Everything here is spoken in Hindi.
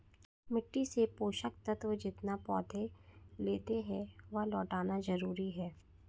मिट्टी से पोषक तत्व जितना पौधे लेते है, वह लौटाना जरूरी है